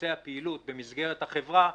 שמבצע פעילות במסגרת החברה,